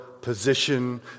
position